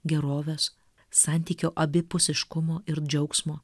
gerovės santykio abipusiškumo ir džiaugsmo